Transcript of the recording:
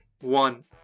one